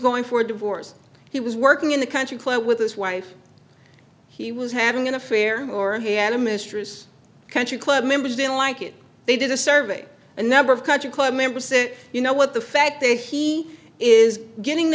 going for divorce he was working in the country club with his wife he was having an affair or he had a mistress country club members didn't like it they did a survey a number of country club members say you know what the fact that he is getting